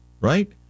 right